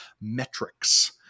metrics